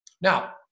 Now